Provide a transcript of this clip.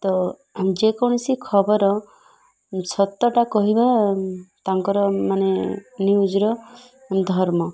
ତ ଯେକୌଣସି ଖବର ସତଟା କହିବା ତାଙ୍କର ମାନେ ନ୍ୟୁଜ୍ର ଧର୍ମ